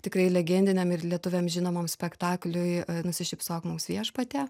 tikrai legendiniam ir lietuviams žinomam spektakliui nusišypsok mums viešpatie